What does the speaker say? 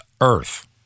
earth